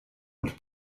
und